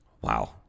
Wow